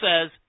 says